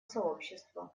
сообщества